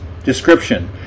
Description